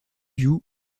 you